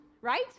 right